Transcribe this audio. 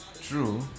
True